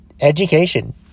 education